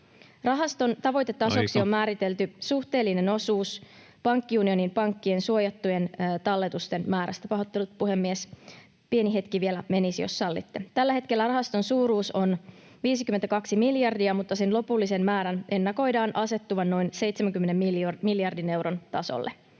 Rahaston tavoitetasoksi [Puhemies: Aika!] on määritelty suhteellinen osuus pankkiunionin pankkien suojattujen talletusten määrästä. — Pahoittelut, puhemies, pieni hetki vielä menisi, jos sallitte. — Tällä hetkellä rahaston suuruus on 52 miljardia, mutta sen lopullisen määrän ennakoidaan asettuvan noin 70 miljardin euron tasolle.